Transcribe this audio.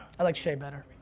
i liked shay better.